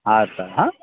હા સર હા